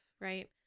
right